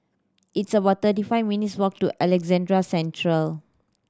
it's about thirty five minutes walk to Alexandra Central